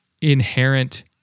inherent